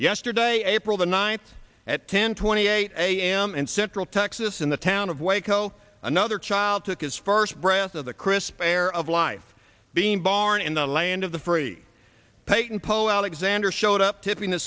yesterday april the ninth at ten twenty eight a m and central texas in the town of waco another child took his first breath of the crisp air of life being born in the land of the free pagan poet xander showed up tipping the